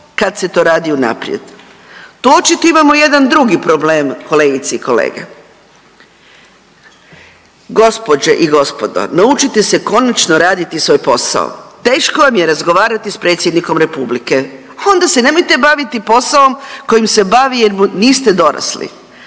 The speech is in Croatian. kad se to radi unaprijed. Tu očito imamo jedan drugi problem, kolegice i kolege. Gospođe i gospodo, naučite se konačno raditi svoj posao. Teško vam je razgovarati s Predsjednikom Republike, ha onda se nemojte baviti posaom kojim se bavi jer mu niste dorasli.